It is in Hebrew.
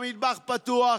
המטבח פתוח,